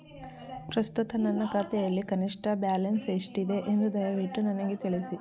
ಪ್ರಸ್ತುತ ನನ್ನ ಖಾತೆಯಲ್ಲಿ ಕನಿಷ್ಠ ಬ್ಯಾಲೆನ್ಸ್ ಎಷ್ಟಿದೆ ಎಂದು ದಯವಿಟ್ಟು ನನಗೆ ತಿಳಿಸಿ